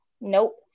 Nope